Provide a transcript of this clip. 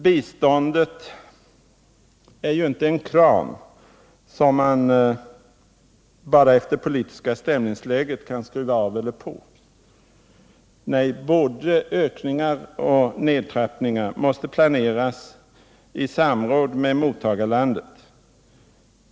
Biståndet skall ju inte betraktas som en kran, som man bara efter det politiska stämningsläget kan skruva av eller på — nej, både ökningar och minskningar måste planeras i samråd med mottagarlandet!